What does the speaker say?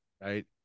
right